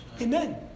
Amen